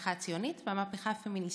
המהפכה הציונית והמהפכה הפמיניסטית.